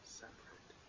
separate